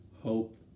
hope